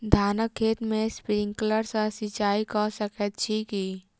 धानक खेत मे स्प्रिंकलर सँ सिंचाईं कऽ सकैत छी की?